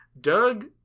Doug